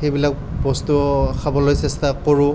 সেইবিলাক বস্তু খাবলৈ চেষ্টা কৰোঁ